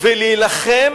ולהילחם